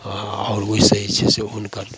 आओर ओइसँ जे छै से हुनकर